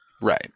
right